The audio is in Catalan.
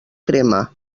crema